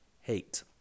hate